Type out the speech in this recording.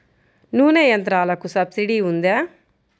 నూనె యంత్రాలకు సబ్సిడీ ఉందా?